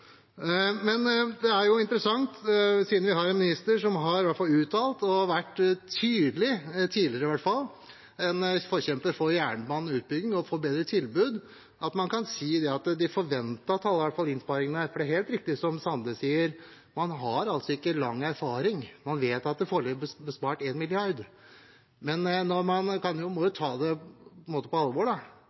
Vi har en statsråd som i hvert fall gjennom uttalelser tidligere har vært en tydelig forkjemper for jernbaneutbygging og for at vi skal ha et bedre tilbud. Det er også helt riktig, som Erling Sande sier, at man har ikke lang erfaring. Foreløpig vet man at det er spart 1 mrd. kr. Men man må jo ta på alvor